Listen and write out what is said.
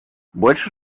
больше